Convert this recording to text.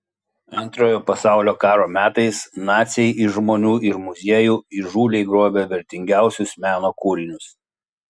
antrojo pasaulio karo metais naciai iš žmonių ir muziejų įžūliai grobė vertingiausius meno kūrinius